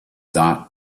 thought